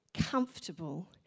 comfortable